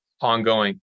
ongoing